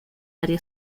área